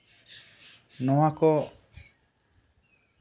ᱱᱚᱶᱟ ᱠᱚ